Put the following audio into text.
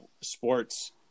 sports